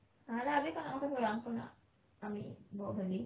!alah! abeh kau nak makan seorang kau nak ambil bawa balik